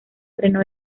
freno